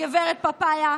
הגב' פפאיה,